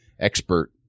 expert